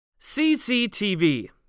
CCTV